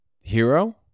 Hero